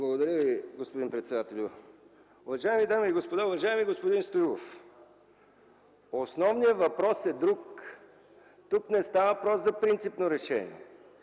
Благодаря Ви, господин председател. Уважаеми дами и господа! Уважаеми господин Стоилов, основният въпрос е друг. Тук не става въпрос за принципно решение,